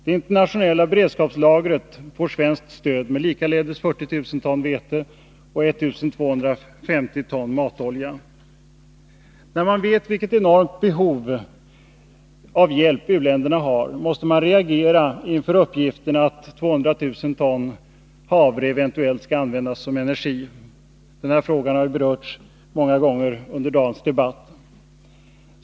Det internationella beredskapslagret får svenskt stöd med likaledes 40 000 ton vete och 1 250 ton matolja. När man vet vilket enormt behov av hjälp u-länderna har måste man reagera inför uppgiften att 200 000 ton havre eventuellt skall användas som energikälla. Den här frågan har berörts många gånger under dagens debatt.